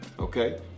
Okay